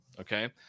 okay